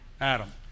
Adam